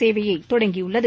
சேவையை தொடங்கியுள்ளது